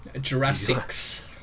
Jurassic